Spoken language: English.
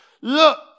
look